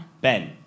Ben